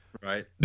Right